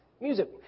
music